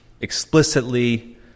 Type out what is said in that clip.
explicitly